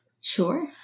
Sure